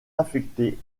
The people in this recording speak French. affectée